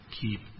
keep